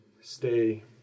stay